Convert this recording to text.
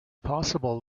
possible